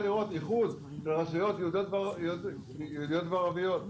לראות איחוד בין רשויות יהודיות וערביות.